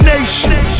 Nation